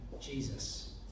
Jesus